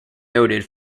noted